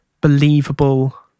believable